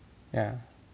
ya